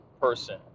person